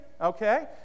Okay